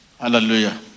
Hallelujah